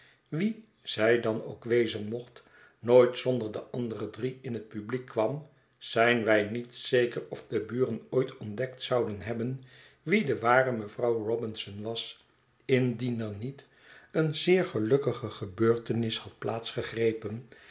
wie zij dan ook wezen mocht nooit zonder de andere drie in het publiek kwam zijn wij niet zeker of de buren ooit ontdekt zouden hebben wie de ware mevrouw robinson was indien er niet een zeer gelukkige gebeurtenis had plaats gegrepen